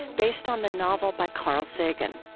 based on the novel by carl sagan.